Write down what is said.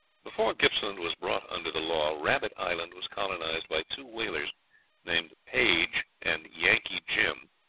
before gippsland was brought under the law, rabbit island was colonised by two whalers named page and yankee jim,